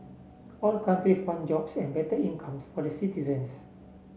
all countries want jobs and better incomes for the citizens